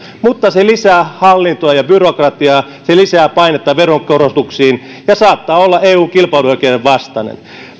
mutta se lisää hallintoa ja byrokratiaa se lisää painetta veronkorotuksiin ja saattaa olla eun kilpailuoikeuden vastaisen